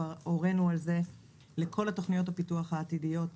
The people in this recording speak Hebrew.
כבר הורנו על זה לכל תכניות הפיתוח העתידיות,